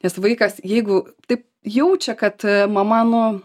nes vaikas jeigu taip jaučia kad mama nu